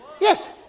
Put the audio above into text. Yes